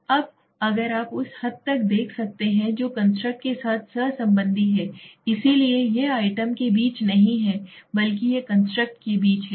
अब अगर आप उस हद तक देख सकते हैं जो कंस्ट्रक्ट के साथ सहसंबंधी है इसलिए यह आइटम के बीच नहीं है बल्कि यह कंस्ट्रक्ट के बीच है